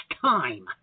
time